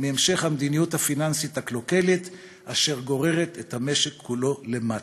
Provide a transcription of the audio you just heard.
מהמשך המדיניות הפיננסית הקלוקלת אשר גוררת את המשק כולו למטה.